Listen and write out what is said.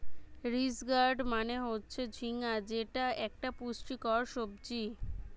ridge gourd মানে হচ্ছে ঝিঙ্গা যেটা একটা পুষ্টিকর সবজি